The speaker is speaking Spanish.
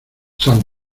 san